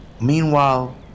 Meanwhile